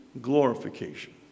glorification